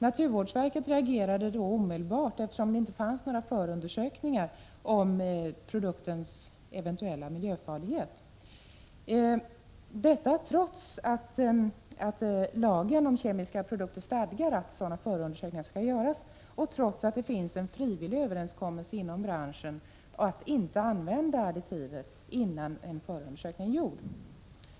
Naturvårdsverket reagerade då omedelbart, eftersom det inte gjorts några förundersökningar om produktens eventuella miljöfarlighet — detta trots att lagen om kemiska produkter stadgar att sådana förundersökningar skall göras och trots att det finns en frivillig överenskommelse inom branschen om att inte använda additiver innan en förundersökning genomförts.